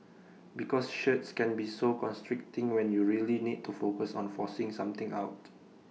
because shirts can be so constricting when you really need to focus on forcing something out